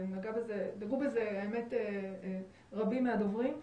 נגעו בזה רבים מהדוברים,